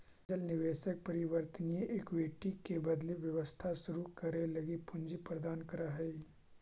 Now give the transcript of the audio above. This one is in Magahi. एंजेल निवेशक परिवर्तनीय इक्विटी के बदले व्यवसाय शुरू करे लगी पूंजी प्रदान करऽ हइ